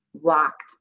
walked